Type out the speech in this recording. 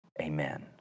Amen